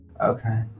Okay